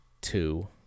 two